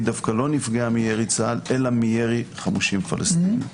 לא נפגעה מירי צה"ל אלא מירי חמושים פלסטינים.